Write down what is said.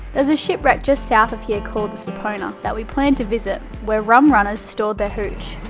there's a ship wreck just south of here called the sapona, that we plan to visit, where rum-runners stored their hooch.